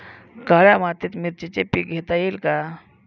काळ्या मातीत मिरचीचे पीक घेता येईल का?